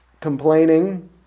Complaining